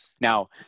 Now